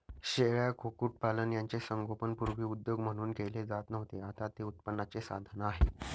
शेळ्या, कुक्कुटपालन यांचे संगोपन पूर्वी उद्योग म्हणून केले जात नव्हते, आता ते उत्पन्नाचे साधन आहे